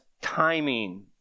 timing